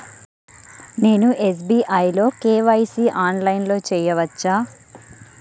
నేను ఎస్.బీ.ఐ లో కే.వై.సి ఆన్లైన్లో చేయవచ్చా?